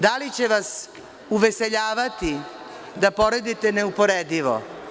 Da li će vas uveseljavati da poredite neuporedivo?